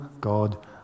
god